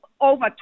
over